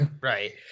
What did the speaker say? right